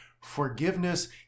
Forgiveness